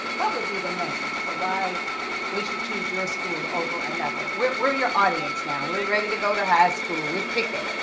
what would be the message for why we should choose your school over another? we're we're your audience now. we're ready to go to high school. we're pickin'.